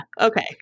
Okay